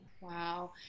Wow